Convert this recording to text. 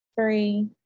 three